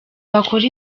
bakora